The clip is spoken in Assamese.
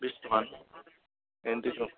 বিছ টকা টুৱেণ্টি